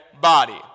body